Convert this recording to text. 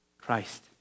Christ